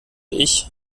ich